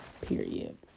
period